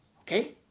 Okay